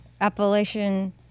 Appalachian